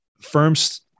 firms